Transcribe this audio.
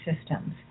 systems